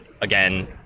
again